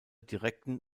direkten